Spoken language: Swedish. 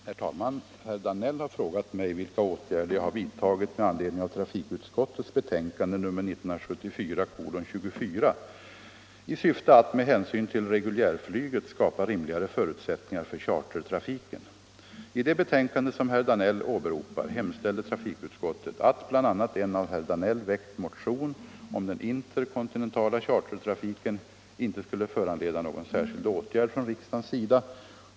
Herr talman! Herr Danell har frågat mig vilka åtgärder jag har vidtagit med anledning av trafikutskottets betänkande nr 1974:24 i syfte att — med hänsyn till reguljärflyget — skapa rimligare förutsättningar för chartertrafiken. I det betänkande som herr Danell åberopar hemställde trafikutskottet att bl.a. en av herr Danell väckt motion om den interkontinentala chartertrafiken inte skulle föranleda någon särskild åtgärd från riksdagens sida.